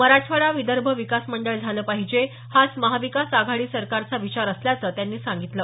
मराठवाडा विदर्भ विकास मंडळ झालं पाहिजे हाच महाविकास आघाडी सरकारचा विचार असल्याचं त्यांनी सांगितलं